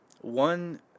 one